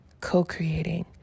co-creating